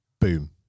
boom